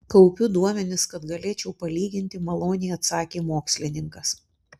kaupiu duomenis kad galėčiau palyginti maloniai atsakė mokslininkas